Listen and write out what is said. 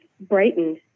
brightened